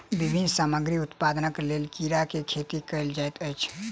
विभिन्न सामग्री उत्पादनक लेल कीड़ा के खेती कयल जाइत अछि